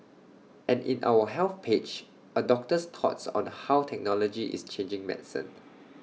and in our health page A doctor's thoughts on the how technology is changing medicine